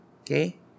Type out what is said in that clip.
Okay